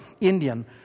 Indian